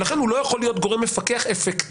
ולכן הוא לא יכול להיות גורם מפקח אפקטיבי.